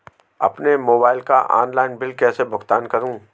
अपने मोबाइल का online bill कैसे भुगतान करूं?